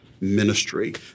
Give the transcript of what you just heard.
ministry